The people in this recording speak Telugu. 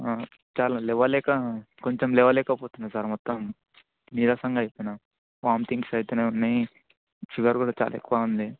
లేవలేక కొంచెం లేవలేక పోతున్నా సార్ మొత్తం నీరసంగా అయిపోయినా వామిటింగ్స్ అవుతూనే ఉన్నాయి ఫీవర్ కూడా చాలా ఎక్కువగా ఉంది